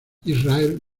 israel